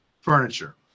furniture